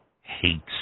hates